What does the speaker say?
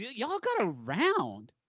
y'all got around.